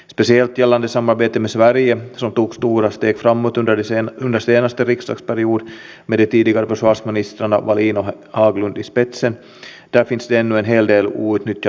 mutta kuitenkin on mielestäni syytä olla huolestunut siitä että tämän syksyn aikana valiokuntien mietinnöissä on moitittu useita esityksiä esimerkiksi vaikutusarvioiden puutteesta